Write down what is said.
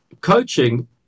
coaching